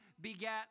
begat